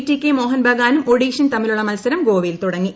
T K Mohun ബഗാനും ഒഡീഷയും തമ്മിലുള്ള മത്സരം ഗോവയിൽ തുടങ്ങി